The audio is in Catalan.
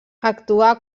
actuà